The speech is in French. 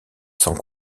sans